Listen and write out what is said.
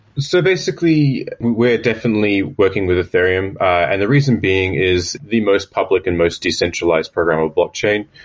so basically, we're definitely working with ethereum, and the reason being is the most public and most decentralized program of blockchain.